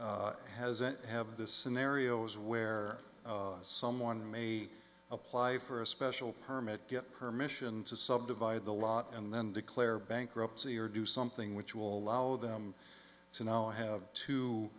is has an have the scenarios where someone may apply for a special permit get permission to subdivide the lot and then declare bankruptcy or do something which will allow them to now i have two